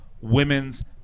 women's